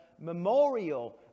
Memorial